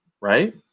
Right